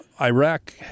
Iraq